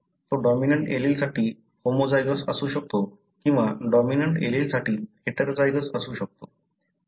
तो डॉमिनंट एलीलसाठी होमोझायगोस असू शकतो किंवा डॉमिनंट एलीलसाठी हेटेरोझायगस असू शकतो